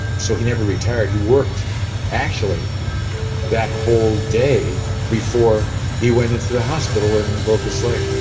so he never retired. he worked actually that whole day before he went into the hospital and broke his leg